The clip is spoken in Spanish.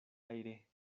aire